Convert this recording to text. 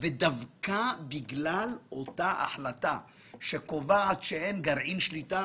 דווקא בגלל אותה החלטה שקובעת שאין גרעין שליטה